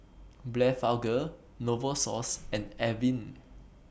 Blephagel Novosource and Avene